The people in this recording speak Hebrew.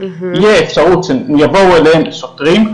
יהיה אפשרות שיבואו אליהם שוטרים,